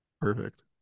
Perfect